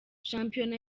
shampiyona